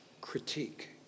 critique